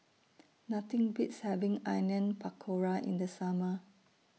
Nothing Beats having Onion Pakora in The Summer